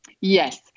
Yes